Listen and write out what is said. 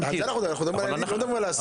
אנחנו מדברים על הילדים ולא על האסיר.